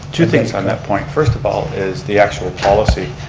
two things on that point. first of all is the actual policy.